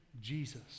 Jesus